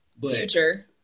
Future